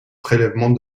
prélèvements